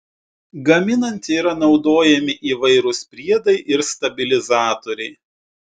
gaminant yra naudojami įvairūs priedai ir stabilizatoriai